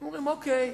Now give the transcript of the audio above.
אומרים, אוקיי,